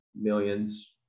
millions